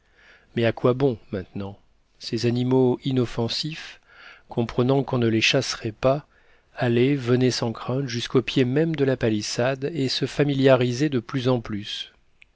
mais à quoi bon maintenant ces animaux inoffensifs comprenant qu'on ne les chasserait pas allaient venaient sans crainte jusqu'au pied même de la palissade et se familiarisaient de plus en plus